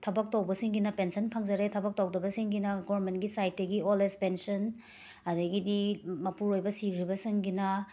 ꯊꯕꯛ ꯇꯧꯕꯁꯤꯡꯒꯤꯅ ꯄꯦꯟꯁꯟ ꯐꯪꯖꯔꯦ ꯊꯕꯛ ꯇꯧꯗꯕꯁꯤꯡꯒꯤꯅ ꯒꯣꯔꯃꯦꯟꯒꯤ ꯁꯥꯏꯠꯇꯒꯤ ꯑꯣꯜ ꯑꯦꯁ ꯄꯦꯟꯁꯟ ꯑꯗꯒꯤꯗꯤ ꯃꯄꯨꯔꯣꯏꯕ ꯁꯤꯈ꯭ꯔꯕꯁꯤꯡꯒꯤꯅ